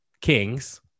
kings